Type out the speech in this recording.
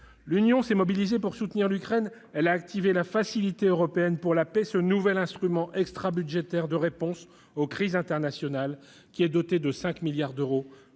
l'Union s'est mobilisée pour soutenir l'Ukraine. Elle a activé la Facilité européenne pour la paix (FEP), ce nouvel instrument extrabudgétaire de réponse aux crises internationales, qui est dotée de 5 milliards d'euros